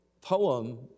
poem